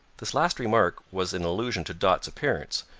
this last remark was in allusion to dot's appearance,